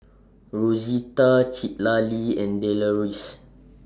Rosita Citlalli and Deloris